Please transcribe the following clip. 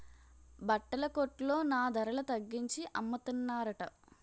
బట్టల కొట్లో నా ధరల తగ్గించి అమ్మతన్రట